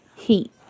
Heat